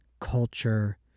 culture